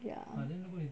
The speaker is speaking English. ya